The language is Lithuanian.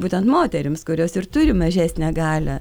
būtent moterims kurios ir turi mažesnę galią